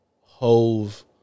Hove